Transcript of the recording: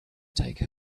take